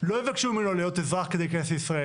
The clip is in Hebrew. לא יבקשו ממנו להיות אזרח כדי להיכנס לישראל.